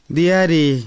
Diari